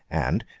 and,